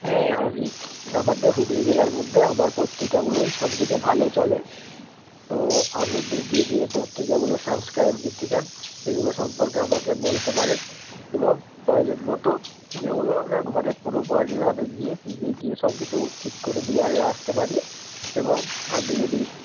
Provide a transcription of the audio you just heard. হ্যাঁ আমি আমাদের হুগলি জেলার মধ্যে আমার পত্রিকাগুলোই সবথেকে ভালো চলে তো আপনি যে যে পত্রিকাগুলো সাবস্ক্রাইব নিতে চান সেগুলো সম্পর্কে আমাকে বলতে পারেন এবং প্রয়োজনমতো যেগুলো আপনার ঘরে পুরোপুরিভাবে গিয়ে গিয়ে সব কিছু ঠিক করে দিয়ে আরে আসতে পারি এবং আপনি যদি